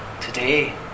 today